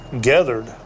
gathered